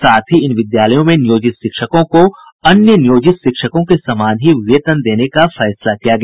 साथ ही इन विद्यालयों में नियोजित शिक्षकों को अन्य नियोजित शिक्षकों के समान ही वेतन देने का फैसला किया गया